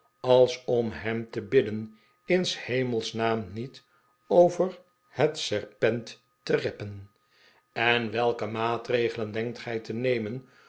als om hem te bidden in s hemelsnaam niet over het serpent te reppen en welke maatregelen denkt gij te nemen